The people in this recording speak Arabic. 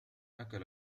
أكل